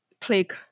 click